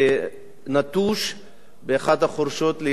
נטוש באחת החורשות ליד היישוב.